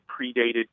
predated